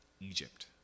Egypt